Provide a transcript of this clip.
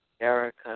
Erica